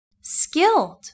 skilled